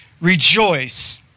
rejoice